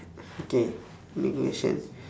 okay next question